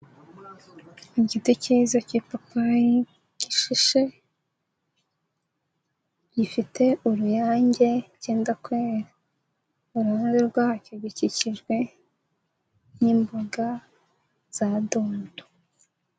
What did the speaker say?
Igiti cyiza cy'ipapayi gishishe, gifite uruyange cyenda kwera, iruhande rwacyo gikikijwe n'imboga za dondo.